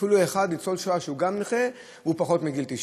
אפילו ניצול שואה אחד שהוא גם נכה והגיל שלו פחות מ-90.